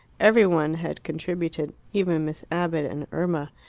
every one had contributed even miss abbott and irma.